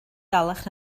dalach